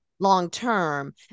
long-term